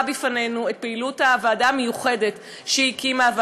בפנינו את פעילות הוועדה המיוחדת שהיא הקימה,